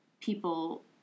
people